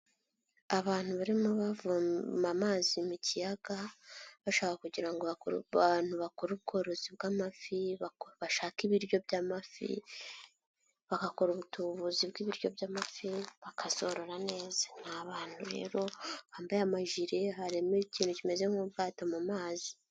Abantu barimo bavoma amazi mu kiyaga, bashaka kugira ngo abantu bakora ubworozi bw'amafi, bashaka ibiryo by'amafi, bagakora ubutubuvuzi bw'ibiryo by'amafi, bakazorora neza. Ni abantu rero bambaye amajire, harimo ikintu kimeze nk'ubwato mu mazi.